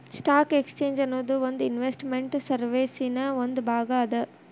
stock exchange ಅನ್ನೊದು ಒಂದ್ investment ಸರ್ವೇಸಿನ್ ಒಂದ್ ಭಾಗ ಅದ